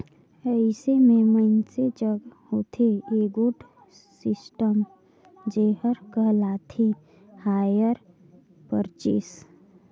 अइसे में मइनसे जग होथे एगोट सिस्टम जेहर कहलाथे हायर परचेस